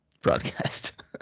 broadcast